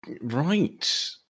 Right